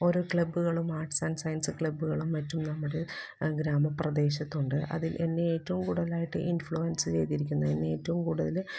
ഓരോ ക്ലബ്ബുകളും arts and science ക്ലബ്ബുകളും മറ്റും നമ്മുടെ ഗ്രാമപ്രദേശത്തുണ്ട് അതില് എന്നെ ഏറ്റവും കൂടുതലായിട്ട് ഇൻഫ്ലുവൻസ് ചെയ്തിരിക്കുന്നത് എന്നെ ഏറ്റവും കൂടുതൽ